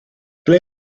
ble